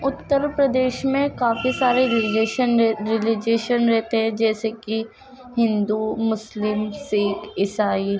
اُتّر پردیش میں کافی سارے ریلیشن ریلیشن رہتے ہیں جیسے کہ ہندو مسلم سکھ عیسائی